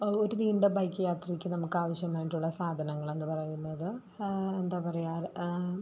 ഒരു നീണ്ട ബൈക്ക് യാത്രയ്ക്ക് നമുക്ക് ആവശ്യമായിട്ടുള്ള സാധനങ്ങൾ എന്ന് പറയുന്നത് എന്താ പറയാ